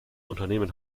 unternehmen